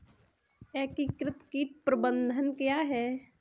एकीकृत कीट प्रबंधन क्या है?